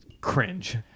cringe